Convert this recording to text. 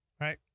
Right